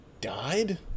died